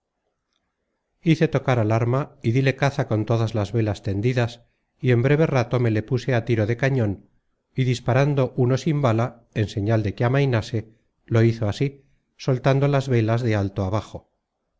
hice tocar al arma y díle caza con todas las velas tendidas y en breve rato me le puse á tiro de cañon y disparando uno sin bala en señal de que amainase lo hizo asi soltando las velas de alto abajo